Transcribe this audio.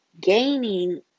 gaining